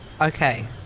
okay